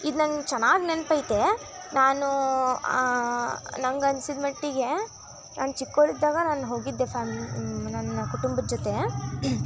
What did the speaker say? ಇದು ನನ್ಗೆ ಚೆನ್ನಾಗಿ ನೆನ್ಪು ಐತೆ ನಾನು ನನಗ್ ಅನ್ಸಿದ ಮಟ್ಟಿಗೆ ನಾನು ಚಿಕ್ಕವಳಿದ್ದಾಗ ನಾನು ಹೋಗಿದ್ದೆ ಫ್ಯಾಮ್ ನನ್ನ ಕುಟುಂಬದ ಜೊತೆ